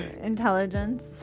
intelligence